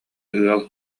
ыал